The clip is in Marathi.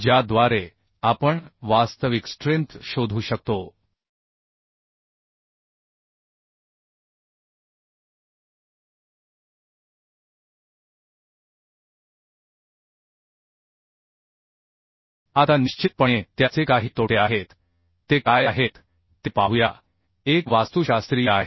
ज्याद्वारे आपण वास्तविक स्ट्रेंथ शोधू शकतो आता निश्चितपणे त्याचे काही तोटे आहेत ते काय आहेत ते पाहूया एक वास्तूशास्त्रीय आहे